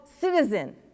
Citizen